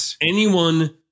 anyone-